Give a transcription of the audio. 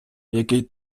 який